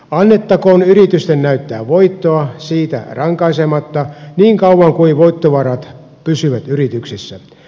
annettakoon yritysten näyttää voittoa siitä rankaisematta niin kauan kuin voittovarat pysyvät yrityksissä